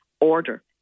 order